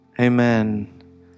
Amen